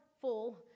full